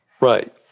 Right